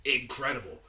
incredible